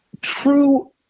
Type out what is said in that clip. True